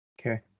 Okay